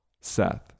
Seth